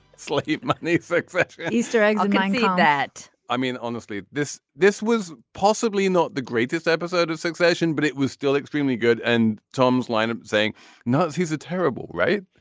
it's like you like need six easter eggs i need that i mean honestly this this was possibly not the greatest episode of succession but it was still extremely good and tom's line of saying nuts he's a terrible right.